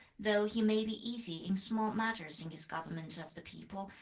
though he may be easy in small matters in his government of the people,